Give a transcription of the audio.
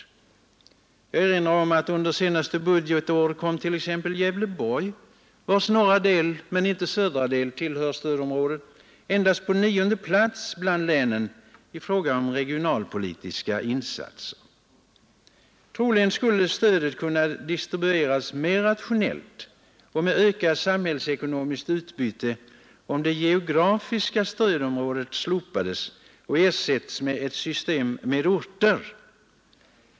Jag vill erinra om att under det senaste budgetåret t.ex. Gävleborgs län — vars norra del tillhör stödområdet i motsats till den södra delen — endast kom på nionde plats bland länen i fråga om regionalpolitiska insatser. Troligen skulle stödet kunna distribueras mer rationellt och med ökat samhällsekonomiskt utbyte, om det geografiska stödområdet slopas och ersätts med ett system med orter.